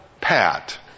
Pat